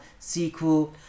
SQL